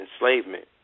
enslavement